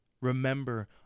Remember